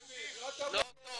זה נכון?